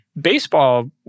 baseball